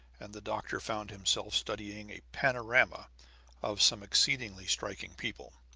and the doctor found himself studying a panorama of some exceedingly striking people.